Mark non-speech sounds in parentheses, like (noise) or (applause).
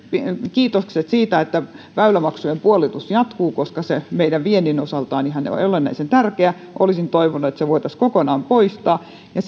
kiitokset siitä että väylämaksujen puolitus jatkuu koska se meidän viennin osalta on ihan olennaisen tärkeää olisin toivonut että ne voitaisiin kokonaan poistaa ja (unintelligible)